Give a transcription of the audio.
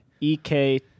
E-K